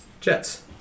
Jets